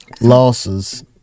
losses